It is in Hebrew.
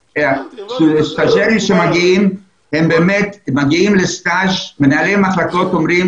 המתמחים שמגיעים הם מגיעים להתמחות ומנהלי המחלקות אומרים